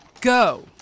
go